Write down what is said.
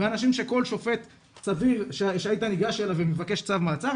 ואנשים שכל שופט סביר שהיית ניגש אליו ומבקש צו מעצר,